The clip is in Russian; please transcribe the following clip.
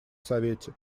совете